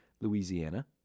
Louisiana